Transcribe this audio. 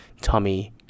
tommy